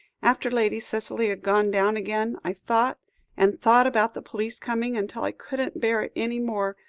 after lady cicely had gone down again, i thought and thought about the police coming, until i couldn't bear it any more.